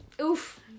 Oof